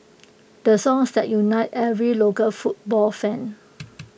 the songs that unites every local football fan